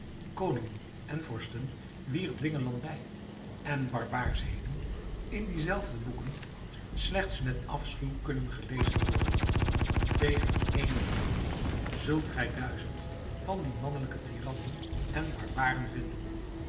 koningen en vorsten wier dwingelandij en barbaarschheden in die zelfde boeken slechts met afschuw kunnen gelezen worden tegen ééne vrouw zult gij duizend van die mannelijke tyrannen en barbaren vinden